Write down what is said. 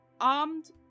armed